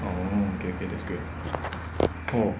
oh okay okay that's good oh